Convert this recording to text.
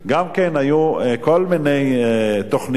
גם כן היו כל מיני תוכניות,